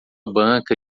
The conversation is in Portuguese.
banca